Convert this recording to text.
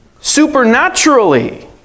supernaturally